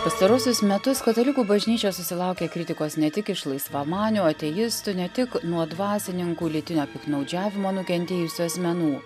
pastaruosius metus katalikų bažnyčia susilaukia kritikos ne tik iš laisvamanių ateistų ne tik nuo dvasininkų lytinio piktnaudžiavimo nukentėjusių asmenų